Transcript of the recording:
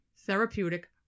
therapeutic